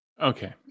Okay